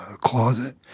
closet